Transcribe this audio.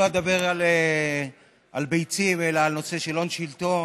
לא אדבר על ביצים אלא על נושא של הון שלטון.